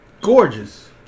gorgeous